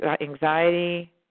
anxiety